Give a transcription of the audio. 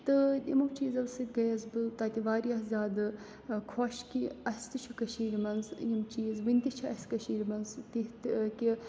تہٕ یِمو چیٖزو سۭتۍ گٔیَس بہٕ تَتہِ واریاہ زیادٕ خوش کہِ اَسہِ تہِ چھُ کٔشیٖرِ منٛز یِم چیٖز وٕنہِ تہِ چھِ اَسہِ کٔشیٖر منٛز تِتھۍ کہِ